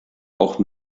auch